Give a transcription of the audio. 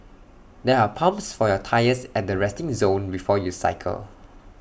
there are pumps for your tyres at the resting zone before you cycle